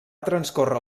transcórrer